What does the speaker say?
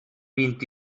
vint